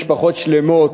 משפחות שלמות